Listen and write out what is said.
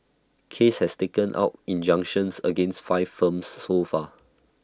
case has taken out injunctions against five firms so far